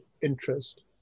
interest